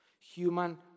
Human